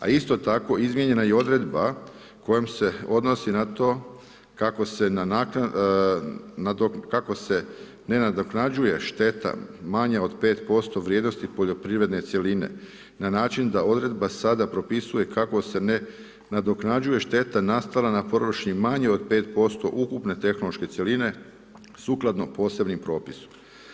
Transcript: A isto tako izmijenjena je i odredba kojom se odnosi na to kako se ne nadoknađuje šteta manja od 5% vrijednosti poljoprivredne cjeline, na način da odredba sada propisuje kako se ne nadoknađuje šteta nastala na površini manjoj o 5% ukupne tehnološke cjeline, sukladno posebnom propisu.